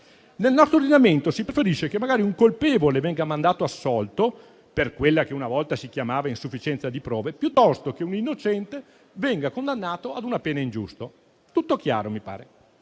Nel nostro ordinamento si preferisce che magari un colpevole venga mandato assolto per quella che una volta si chiamava insufficienza di prove, piuttosto che un innocente venga condannato a una pena ingiusta. Mi sembra